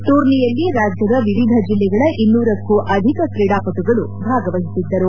ಟೂರ್ನಿಯಲ್ಲಿ ರಾಜ್ಯದ ವಿವಿಧ ಜಿಲ್ಲೆಗಳ ಇನ್ನೂರಕ್ಕೂ ಅಧಿಕ ಕ್ರೀಡಾಪಟುಗಳು ಭಾಗವಹಿಸಿದ್ದರು